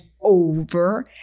over